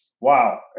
Wow